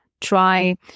Try